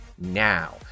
now